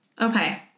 Okay